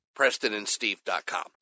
PrestonandSteve.com